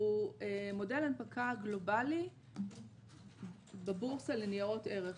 הוא מודל הנפקה גלובאלי בבורסה לניירות ערך.